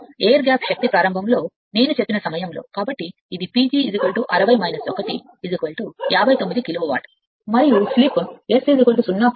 air gap శక్తి ప్రారంభంలో నేను చెప్పిన సమయంలో కాబట్టి ఇది PG 60 1 59 కిలో వాట్ మరియు స్లిప్ S0